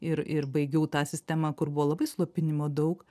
ir ir baigiau tą sistemą kur buvo labai slopinimo daug